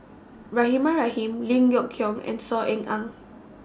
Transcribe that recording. Rahimah Rahim Lim Yok Qiong and Saw Ean Ang